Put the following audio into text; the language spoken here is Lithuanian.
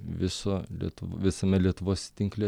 visa lietuva visame lietuvos tinkle